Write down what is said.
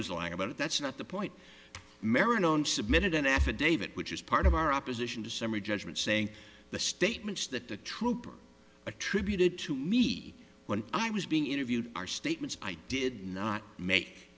was lying about it that's not the point maraton submitted an affidavit which is part of our opposition to summary judgment saying the statements that the trooper attributed to me when i was being interviewed are statements i did not make